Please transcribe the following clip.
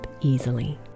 easily